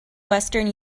western